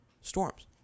storms